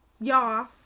Y'all